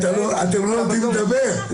אתם לא נותנים לדבר.